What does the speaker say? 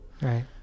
right